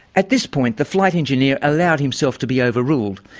at this point, the flight engineer allowed himself to be overruled.